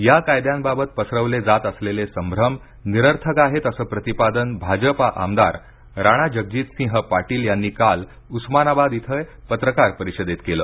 या कायद्यांबाबत पसरवले जात असलेले संभ्रम निरर्थक आहेत असं प्रतिपादन भाजपा आमदार राणाजगजितसिंह पाटील यांनी काल उस्मानाबाद इथे पत्रकार परिषदेत केल